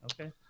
Okay